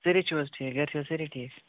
سٲری چھُو حظ ٹھیٖک گَرِ چھِ حظ سٲری ٹھیٖک